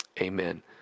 amen